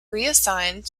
reassigned